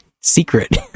secret